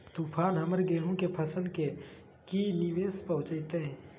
तूफान हमर गेंहू के फसल के की निवेस पहुचैताय?